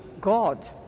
God